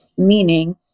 meaning